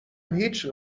هیچ